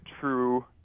true